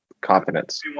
Confidence